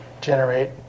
generate